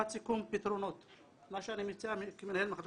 מה שאני מציע כמנהל מחלקה,